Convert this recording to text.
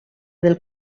del